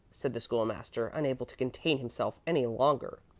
said the school-master, unable to contain himself any longer.